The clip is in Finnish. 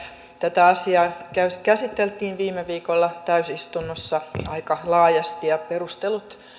tätä asiaa käsiteltiin viime viikolla täysistunnossa aika laajasti ja perustelut